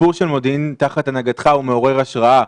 הסיפור של מודיעין תחת הנהגתך הוא מעורר השראה.